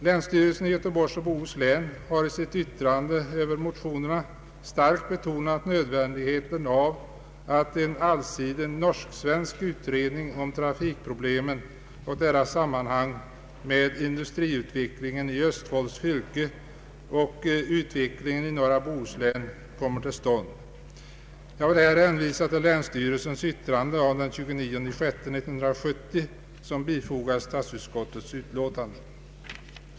Länsstyrelsen i Göteborgs och Bohus län har i sitt yttrande över motionerna starkt betonat nödvändigheten av att en allsidig norsk-svensk utredning om trafikproblemen och deras sammanhang med industriutvecklingen i Östfolds fylke och utvecklingen i norra Bohuslän kommer till stånd. Jag hänvisar här till länsstyrelsens yttrande av den 29 juni 1970, som bifogats statsutskottets utlåtande.